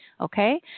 Okay